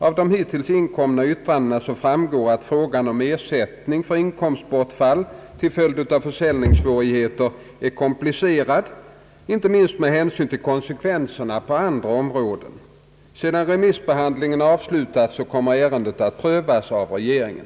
Av de hittills inkomna yttrandena framgår att frågan om ersättning för inkomstbortfall till följd av försäljningssvårigheter är komplicerad inte minst med hänsyn till konsekvenserna på andra områden. Sedan remissbehandlingen avslutats kommer ärendet att prövas av regeringen.